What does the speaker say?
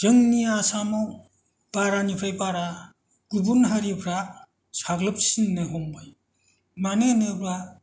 जोंनि आसामाव बारानिफ्राय बारा गुबुन हारिफ्रा साग्लोबसिननो हमबाय मानो होनोब्ला